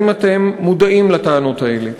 האם אתם מודעים לטענות האלה?